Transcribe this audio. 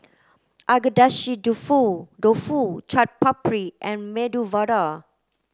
Agedashi Dofu Dofu Chaat Papri and Medu Vada